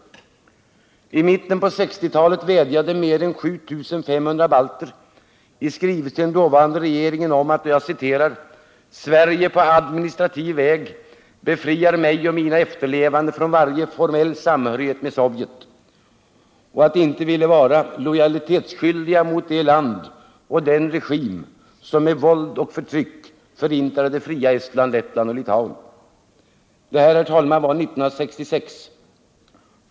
I mitten av 1960-talet vädjade mer än 7 500 balter i en skrivelse till den dåvarande regeringen att ”Sverige på administrativ väg befriar mig och mina efterlevande från varje formell samhörighet med Sovjet” och framhöll att de inte ville vara ”lojalitetsskyldiga mot det land och den regim som med våld och förtryck förintade det fria Estland, Lettland och Litauen”. Detta var år 1966.